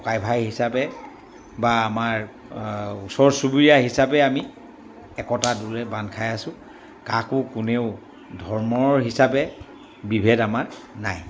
ককাই ভাই হিচাপে বা আমাৰ ওচৰ চুবুৰীয়া হিচাপে আমি একতাৰ দোলেৰে বান্ধ খাই আছোঁ কাকো কোনেও ধৰ্মৰ হিচাপে বিভেদ আমাৰ নাই